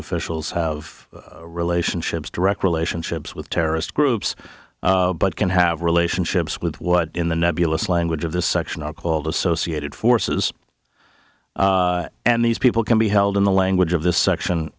officials of relationships direct relationships with terrorist groups but can have relationships with what in the nebulous language of this section are called associated forces and these people can be held in the language of this section